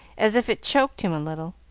as if it choked him a little.